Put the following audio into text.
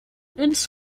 ins